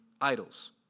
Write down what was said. idols